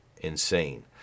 insane